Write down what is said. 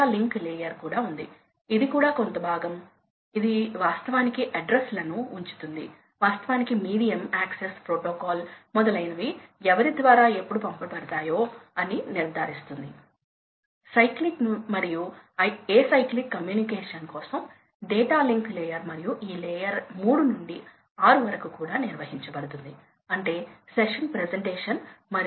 6 ఈ సంఖ్యను గుర్తుంచుకోండి మనము తిరిగి వచ్చి చూద్దాం మీరు వేరియబుల్ స్పీడ్ డ్రైవ్ చేస్తే అదే పంపు కోసం మరియు అదే లోడ్ ప్రొఫైల్ కోసం మనకు వేరియబుల్ స్పీడ్ డ్రైవ్ ఉంటే ఈ ఫిగర్ ఉండేది